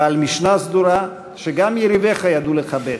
בעל משנה סדורה שגם יריביך ידעו לכבד.